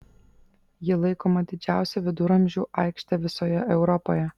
ji laikoma didžiausia viduramžių aikšte visoje europoje